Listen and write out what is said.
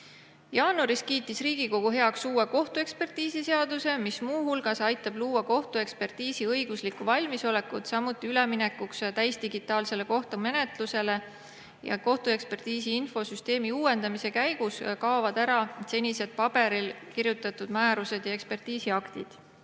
Jaanuaris kiitis Riigikogu heaks uue kohtuekspertiisiseaduse, mis muu hulgas aitab luua kohtuekspertiisi õiguslikku valmisolekut samuti üleminekuks täisdigitaalsele kohtumenetlusele. Kohtuekspertiisi infosüsteemi uuendamise käigus kaovad ära seni paberile kirjutatud määrused ja ekspertiisiaktid.